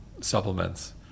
supplements